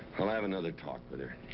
i'll have another talk with her.